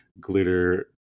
Glitter